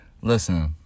Listen